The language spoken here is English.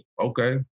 okay